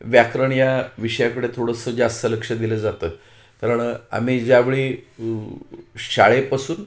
व्याकरण या विषयाकडे थोडंसं जास्त लक्ष दिलं जातं कारण आम्ही ज्यावेळी शाळेपसून